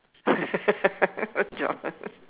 what job